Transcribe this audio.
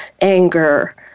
anger